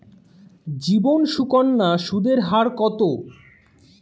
জীবন সুকন্যা সুদের হার কত?